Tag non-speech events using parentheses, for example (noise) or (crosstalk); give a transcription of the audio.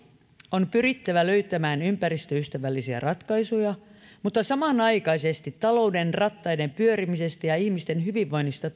on pyrittävä löytämään ympäristöystävällisiä ratkaisuja mutta samanaikaisesti tulee huolehtia talouden rattaiden pyörimisestä ja ihmisten hyvinvoinnista (unintelligible)